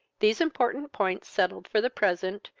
these important points settled for the present,